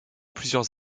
plusieurs